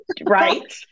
Right